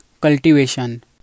Cultivation